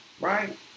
right